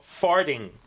farting